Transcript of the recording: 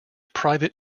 private